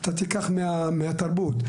מהתרבות,